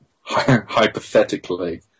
hypothetically